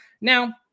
Now